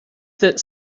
that